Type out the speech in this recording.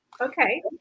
Okay